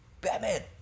Batman